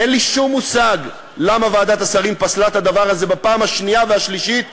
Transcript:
אין לי שום מושג למה ועדת השרים פסלה את הדבר הזה בפעם השנייה והשלישית,